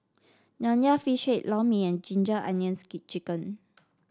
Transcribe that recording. Nonya Fish Head Lor Mee and Ginger Onions chicken